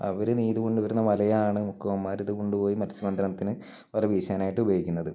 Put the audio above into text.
അവർ നെയ്ത് കൊണ്ട് വരുന്ന വലയാണ് മുക്കുവന്മാർ അത് കൊണ്ടുപോയി മത്സ്യബന്ധനത്തിന് വല വീശാനായിട്ട് ഉപയോഗിക്കുന്നത്